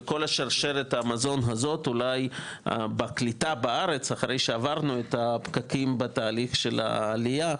אחרי שעברנו את הפקקים בתהליכי העלייה,